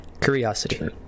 Curiosity